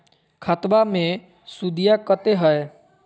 खतबा मे सुदीया कते हय?